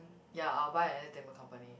ya I'll buy an entertainment company